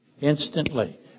Instantly